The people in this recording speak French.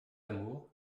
lamour